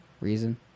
Reason